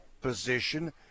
position